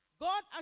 God